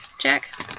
Jack